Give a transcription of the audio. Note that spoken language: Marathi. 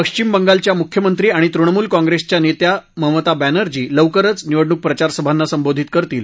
पश्चिम बंगालच्या मुख्यमंत्री आणि तृणमूल काँग्रेसच्या नेत्या ममता बॅनर्जी लवकरच निवडणूक प्रचारसभांना संबोधित करतील